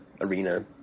arena